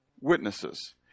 witnesses